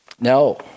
No